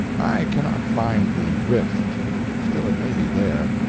i cannot find the rift still it may be there.